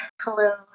Hello